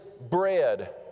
bread